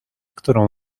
którą